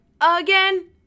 Again